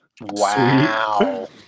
Wow